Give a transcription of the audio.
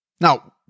Now